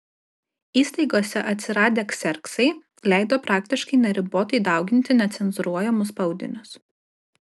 įstaigose atsiradę kserksai leido praktiškai neribotai dauginti necenzūruojamus spaudinius